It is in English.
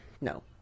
no